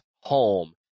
home